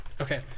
Okay